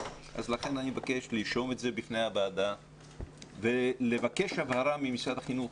אני מבקש לרשות את זה בפני הוועדה ולבקש הבהרה ממשרד החינוך.